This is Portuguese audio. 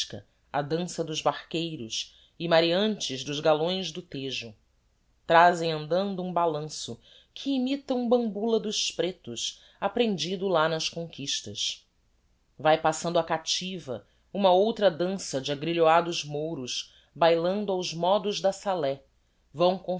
carraquisca a dansa dos barqueiros e mareantes dos galeões do tejo trazem andando um balanço que imita um bambula dos pretos aprendido lá nas conquistas vae passando a cativa uma outra dansa de agrilhoados mouros bailando aos modos da salé vão